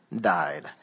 died